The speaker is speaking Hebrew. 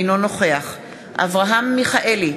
אינו נוכח אברהם מיכאלי,